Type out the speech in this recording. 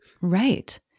Right